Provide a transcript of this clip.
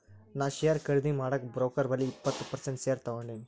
ನಾ ಶೇರ್ ಖರ್ದಿ ಮಾಡಾಗ್ ಬ್ರೋಕರ್ ಬಲ್ಲಿ ಇಪ್ಪತ್ ಪರ್ಸೆಂಟ್ ಶೇರ್ ತಗೊಂಡಿನಿ